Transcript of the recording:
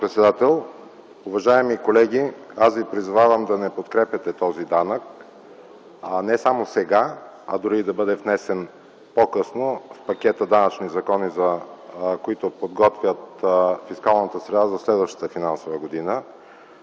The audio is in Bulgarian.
госпожо председател. Уважаеми колеги, аз ви призовавам да не подкрепяте този данък не само сега, а дори да бъде внесен и по-късно в пакета данъчни закони, които подготвят фискалната среда за следващата финансова година.